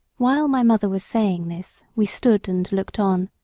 while my mother was saying this we stood and looked on.